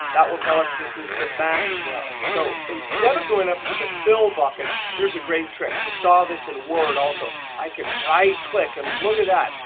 that will tell us this is the max row. so instead of going up to the fill bucket here's a great trick. we saw this in word also. i can right click. and look at that.